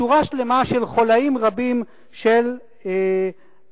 משורה שלמה של חוליים רבים של האנושות.